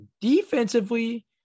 Defensively